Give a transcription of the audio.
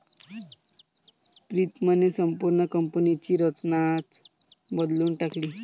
प्रीतमने संपूर्ण कंपनीची रचनाच बदलून टाकली